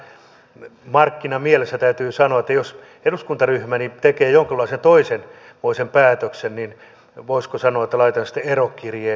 näin ihan markkinamielessä täytyy sanoa että jos eduskuntaryhmäni tekee jonkunlaisen toisenmoisen päätöksen niin voisiko sanoa että laitan sitten erokirjeen heilille